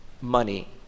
money